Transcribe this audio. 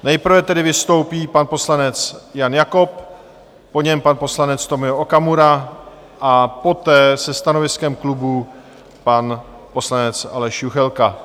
Nejprve tedy vystoupí pan poslanec Jan Jakob, po něm pan poslanec Tomio Okamura a poté se stanoviskem klubu pan poslanec Aleš Juchelka.